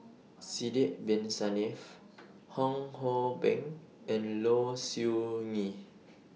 Sidek Bin Saniff Fong Hoe Beng and Low Siew Nghee